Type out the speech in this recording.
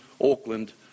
Auckland